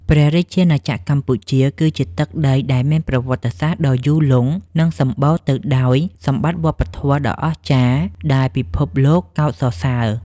ព្រះរាជាណាចក្រកម្ពុជាគឺជាទឹកដីដែលមានប្រវត្តិសាស្ត្រដ៏យូរលង់ និងសម្បូរទៅដោយសម្បត្តិវប្បធម៌ដ៏អស្ចារ្យដែលពិភពលោកកោតសរសើរ។